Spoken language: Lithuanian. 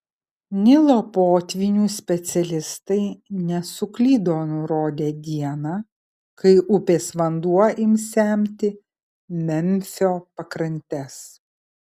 nilo potvynių specialistai nesuklydo nurodę dieną kai upės vanduo ims semti memfio pakrantes